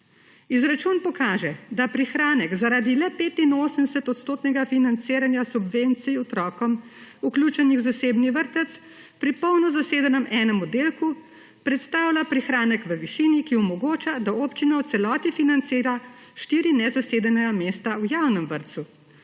Izračun pokaže, da prihranek zaradi le 85-odstotnega financiranja subvencij otrokom, vključenih v zasebnih vrtec, pri polno zasedenem enem oddelku predstavlja prihranek v višini, ki omogoča, da občina v celoti financira štiri nezasedena mesta v javnem vrtcu.